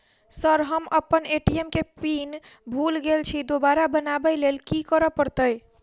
Sir हम अप्पन ATM केँ पिन भूल गेल छी दोबारा बनाबै लेल की करऽ परतै?